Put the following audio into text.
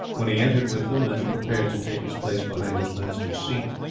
when he entered with them and prepared to take his place behind his master's seat.